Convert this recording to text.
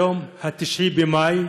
היום 9 במאי,